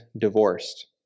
divorced